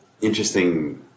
interesting